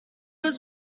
was